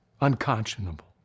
Unconscionable